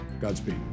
Godspeed